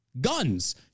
Guns